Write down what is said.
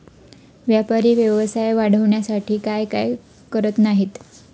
व्यापारी व्यवसाय वाढवण्यासाठी काय काय करत नाहीत